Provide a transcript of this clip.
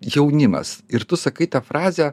jaunimas ir tu sakai tą frazę